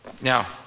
Now